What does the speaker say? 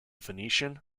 venetian